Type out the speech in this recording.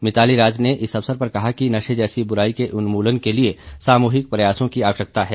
मिताली राज ने इस अवसर पर कहा कि नशे जैसी बुराई के उन्मूलन के लिए सामूहिक प्रयासों की आवश्यकता है